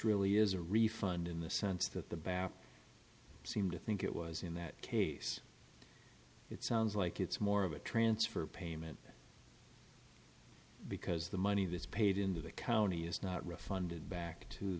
really is a refund in the sense that the back seemed to think it was in that case it sounds like it's more of a transfer payment because the money that is paid into the county is not refunded back to